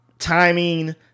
Timing